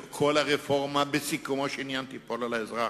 כל הרפורמה בסיכומו של עניין תיפול על האזרח.